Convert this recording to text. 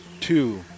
two